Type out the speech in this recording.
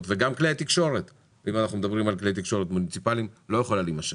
וגם של כלי תקשורת מוניציפליים לא יכול להימשך.